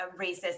racist